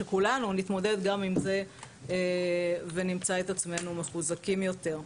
שכולנו נתמודד גם עם זה ונמצא את עצמנו מחוזקים יותר.